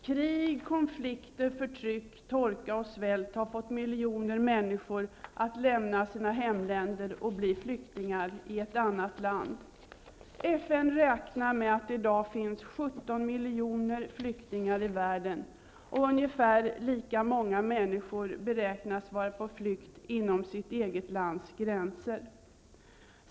Krig, konflikter, förtryck, torka och svält har fått miljoner människor att lämna sina hemländer och bli flyktingar i ett annat land. FN räknar med att det i dag finns 17 miljoner flyktingar i världen. Ungefär lika många människor beräknas vara på flykt inom sitt eget lands gränser.